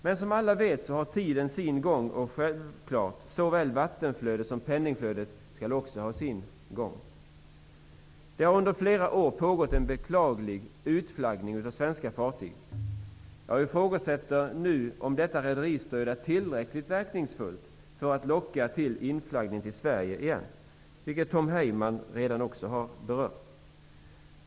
Men som alla vet har tiden sin gång, och sjävklart skall såväl vattenflödet soma penningflödet ha sin gång. Det har under flera år pågått en beklaglig utflaggning av svenska fartyg. Jag ifrågasätter om detta rederistöd är tillräckligt verkningsfullt för att locka till inflaggning till Sverige igen. Tom Heyman har redan berört frågan.